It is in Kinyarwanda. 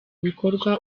bikorwa